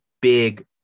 big